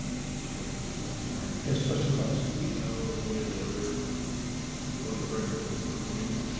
mr. chair. she's looking for it. yes, trustee cross. do we know one way or the other what the record of this company is?